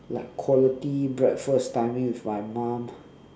like quality breakfast timing with my mum